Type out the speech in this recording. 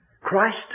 Christ